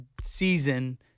season